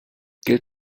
gilt